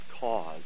cause